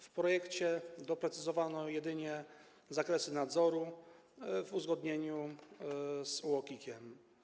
W projekcie doprecyzowano jedynie zakresy nadzoru w uzgodnieniu z UOKiK-iem.